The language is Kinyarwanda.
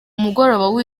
mugoroba